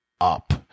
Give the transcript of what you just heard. up